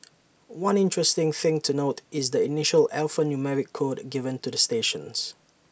one interesting thing to note is the initial alphanumeric code given to the stations